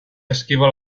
esquiva